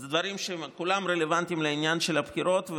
אלה דברים שכולם רלוונטיים לעניין של הבחירות,